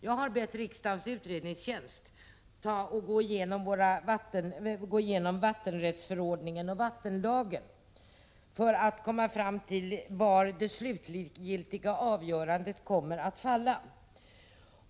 Jag har bett riksdagens utredningstjänst gå igenom vattenrättsförordningen och vattenlagen för att komma fram till var det slutgiltiga avgörandet kommer att ligga.